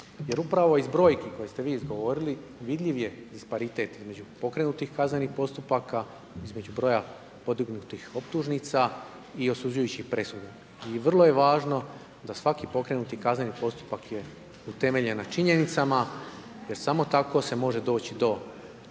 Jer upravo iz brojki koje ste vi izgovorili, vidljiv je disparitet između pokrenutih kaznenih postupaka, između broja podignutih optužnica i osuđujućih presuda. I vrlo je važno da svaki pokrenuti kazneni postupak je utemeljen na činjenicama jer samo tako se može doći do pravomoćne